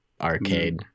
Arcade